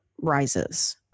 rises